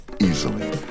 Easily